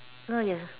no yes